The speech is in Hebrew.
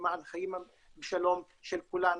למען חיי שלום של כולנו,